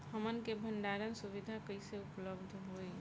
हमन के भंडारण सुविधा कइसे उपलब्ध होई?